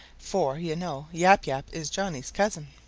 for, you know, yap yap is johnny's cousin.